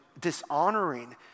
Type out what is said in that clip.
dishonoring